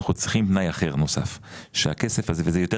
אנחנו צריכים תנאי נוסף אחר - וזה יותר